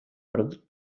perdut